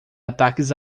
ataques